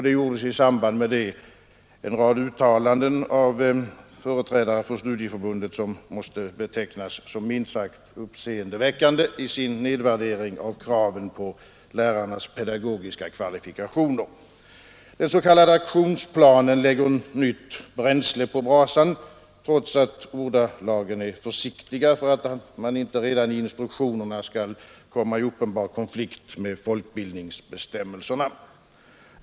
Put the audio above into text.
Det gjordes i samband därmed en rad uttalanden av företrädare för studieförbundet, som måste betecknas som minst sagt uppseendeväckande i sin nedvärdering av kraven på lärarnas pedagogiska kvalifikationer. Den s.k. aktionsplanen lägger nytt bränsle på brasan trots att ordalagen är försiktiga för att man inte redan i instruktionerna skall komma i uppenbar konflikt med folkbildningsbestämmelserna.